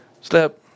step